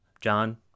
John